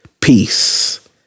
peace